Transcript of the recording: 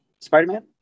Spider-Man